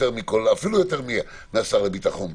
אפילו יותר מהשר לביטחון הפנים.